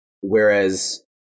whereas